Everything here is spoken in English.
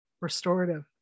restorative